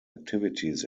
activities